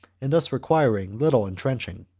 and thus requiring little entrenching.